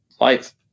life